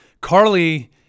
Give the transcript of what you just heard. Carly